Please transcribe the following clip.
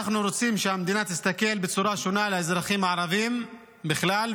אנחנו רוצים שהמדינה תסתכל בצורה שונה על האזרחים הערבים בכלל,